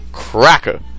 Cracker